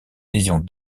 lésions